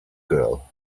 girl